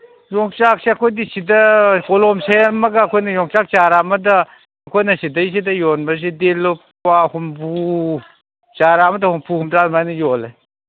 ꯌꯣꯡꯆꯥꯛꯁꯦ ꯑꯩꯈꯣꯏꯗꯤ ꯁꯤꯗ ꯀꯣꯂꯣꯝ ꯁꯦꯝꯃꯒ ꯑꯩꯈꯣꯏꯅ ꯌꯣꯡꯆꯥꯛ ꯆꯥꯔ ꯑꯃꯗ ꯑꯩꯈꯣꯏꯅ ꯁꯤꯗꯩꯁꯤꯗ ꯌꯣꯟꯕꯁꯤꯗꯤ ꯂꯨꯄꯥ ꯍꯨꯝꯐꯨ ꯆꯥꯔ ꯑꯃꯗ ꯍꯨꯝꯗꯨ ꯍꯨꯝꯗ꯭ꯔꯥ ꯑꯗꯨꯃꯥꯏꯅ ꯌꯣꯜꯂꯦ